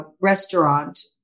restaurant